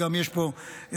יש פה גם,